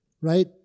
right